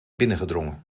binnengedrongen